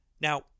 Now